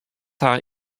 har